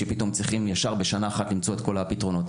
שצריך בשנה אחת למצוא את כל הפתרונות.